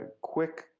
quick